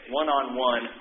one-on-one